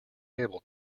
able